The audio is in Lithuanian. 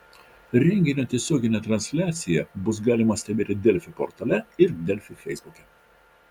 renginio tiesioginę transliaciją bus galima stebėti delfi portale ir delfi feisbuke